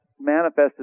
manifested